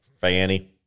Fanny